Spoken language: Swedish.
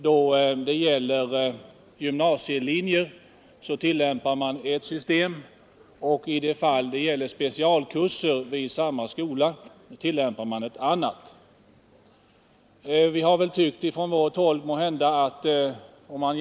Då det gäller gymnasielinjer tillämpar man ett system, och då det gäller specialkurser ett annat. Det varierar dessutom mellan olika utbildningsvägar.